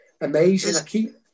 amazing